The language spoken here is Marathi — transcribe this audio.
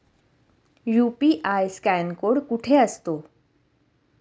यु.पी.आय स्कॅन कोड कुठे असतो?